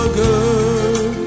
good